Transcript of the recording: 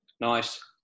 Nice